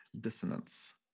dissonance